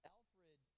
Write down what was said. Alfred